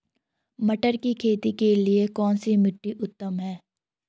मटर की खेती के लिए कौन सी मिट्टी उत्तम है?